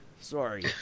sorry